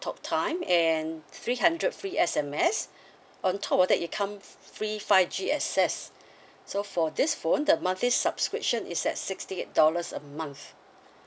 talk time and three hundred free S_M_S on top of that it come free five G access so for this phone the monthly subscription is at sixty eight dollars a month